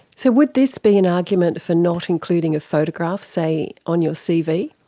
so would this be an argument for not including a photograph, say on your cv?